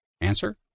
Answer